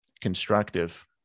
Constructive